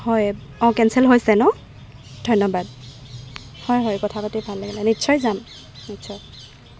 হয় অঁ কেঞ্চেল হৈছে ন ধন্যবাদ হয় হয় কথা পাতি ভাল লাগিলে নিশ্চয় যাম নিশ্চয়